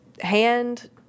hand